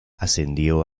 ascendió